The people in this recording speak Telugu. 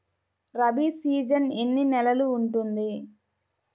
రబీ సీజన్ ఎన్ని నెలలు ఉంటుంది?